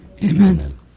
Amen